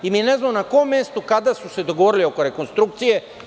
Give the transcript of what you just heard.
I mi ne znamo na kom mestu i kada su se dogovorili oko rekonstrukcije.